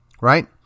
right